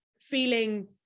feeling